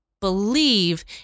believe